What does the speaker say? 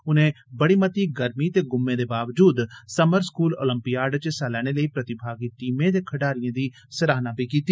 उनें बड़ी मती गर्मी ते गुम्मे दे बावजूद सम्मर स्कूल ओलम्पियाड च हिस्सा लैने लेई प्रतिभागी टीमें ते खडारिए दी सराहना बी कीती